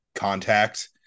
contact